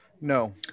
No